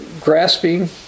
grasping